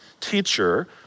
teacher